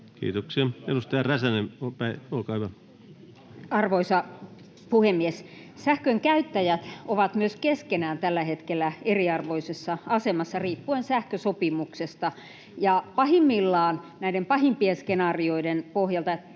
Kiitoksia. — Edustaja Räsänen, olkaa hyvä. Arvoisa puhemies! Sähkön käyttäjät ovat myös keskenään tällä hetkellä eriarvoisessa asemassa riippuen sähkösopimuksesta. Pahimmillaan, pahimpien skenaarioiden pohjalta,